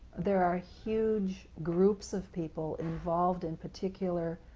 there are huge groups of people involved in particular